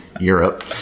Europe